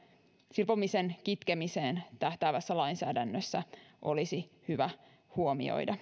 silpomisen kitkemiseen tähtäävässä lainsäädännössä olisi hyvä huomioida